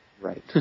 Right